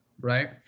right